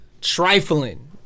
Trifling